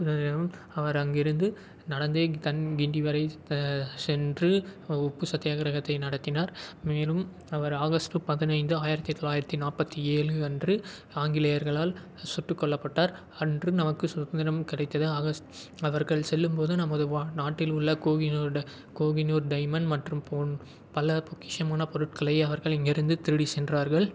உப்பு சத்தியாகிரகம் அவர் அங்கிருந்து நடந்தே கண் தண்டி வரை சென்று உப்பு சத்தியாகிரகத்தை நடத்தினார் மேலும் அவர் ஆகஸ்ட்டு பதினைந்து ஆயிரத்து தொள்ளாயிரத்தி நாற்பத்தி ஏழு அன்று ஆங்கிலேயர்களால் சுட்டு கொல்லப்பட்டார் அன்று நமக்கு சுதந்திரம் கிடைத்தது ஆகஸ் அவர்கள் செல்லும்போது நமது வா நாட்டில் உள்ள கோஹினூர் டை கோஹினூர் டைமண்ட் மற்றும் போன் பல பொக்கிஷமான பொருட்களை அவர்கள் இங்கிருந்து திருடி சென்றார்கள்